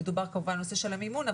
מדובר כמובן על הנושא של המימון,